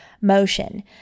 motion